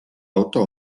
auto